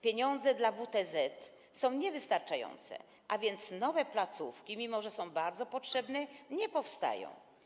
Pieniądze dla WTZ są niewystarczające, a więc nowe placówki, mimo że są bardzo potrzebne, nie powstają.